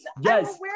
yes